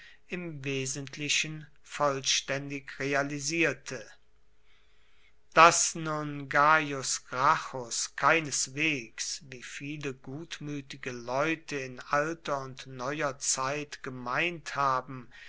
im wesentlichen vollständig realisierte daß nun gaius gracchus keineswegs wie viele gutmütige leute in alter und neuer zeit gemeint haben